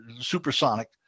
supersonic